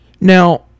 Now